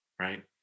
right